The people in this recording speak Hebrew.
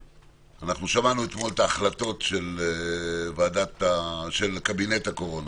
שמענו אתמול את ההחלטות של קבינט הקורונה,